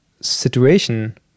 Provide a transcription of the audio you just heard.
situation